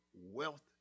wealth